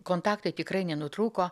kontaktai tikrai nenutrūko